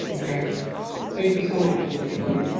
okay thank you so much mr. white.